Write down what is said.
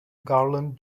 garland